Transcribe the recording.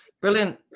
Brilliant